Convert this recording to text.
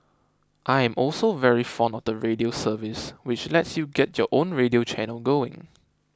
I am also very fond of the Radio service which lets you get your own radio channel going